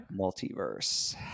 Multiverse